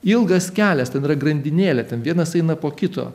ilgas kelias ten yra grandinėlė ten vienas eina po kito